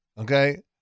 Okay